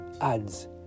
adds